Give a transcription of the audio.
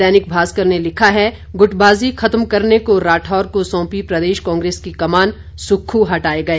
दैनिक भास्कर ने लिखा है गुटबाजी खत्म करने को राठौर को सौंपी प्रदेश कांग्रेस की कमान सुक्खू हटाए गए